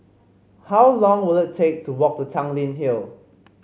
how long will it take to walk to Tanglin Hill